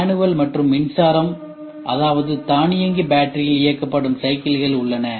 manual மற்றும் மின்சாரம் அதாவது தானியங்கி பேட்டரியில் இயக்கப்படும் சைக்கிள்கள் உள்ளன